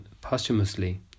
posthumously